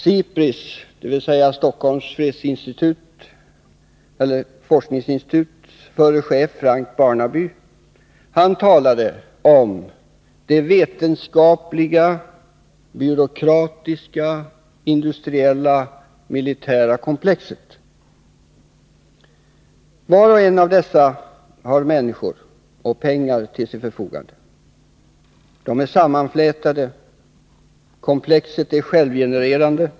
SIPRI:s, dvs. det internationella fredsforskningsinstitutet i Stockholm, förre chef Frank Barnaby talade om det vetenskapliga, byråkratiska, industriella och militära komplexet. Var och en av dessa delar har människor och pengar till sitt förfogande. De är sammanflätade. Komplexet är självgenererande.